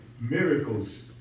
miracles